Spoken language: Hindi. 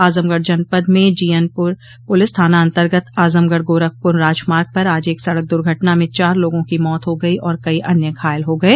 आजमगढ़ जनपद में जीयनपुर पुलिस थाना अन्तर्गत आजमगढ़ गोरखप्र राजमार्ग पर आज एक सड़क द्र्घटना में चार लोगों की मौत हो गई और कई अन्य घायल हो गये